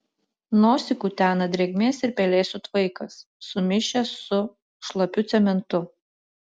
nosį kutena drėgmės ir pelėsių tvaikas sumišęs su šlapiu cementu